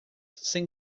sem